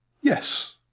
Yes